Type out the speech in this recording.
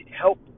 help